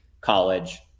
college